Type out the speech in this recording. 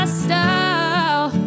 style